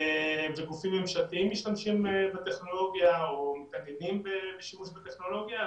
שהיא בוודאי לא תישאר כשהיא לא תוכל להישאר -- כי